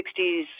60s